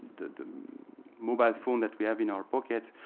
the mobile phone that we have in our pockets,